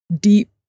deep